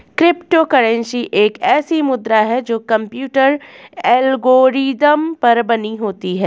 crypto currency एक ऐसी मुद्रा है जो कंप्यूटर एल्गोरिदम पर बनी होती है